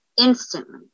instantly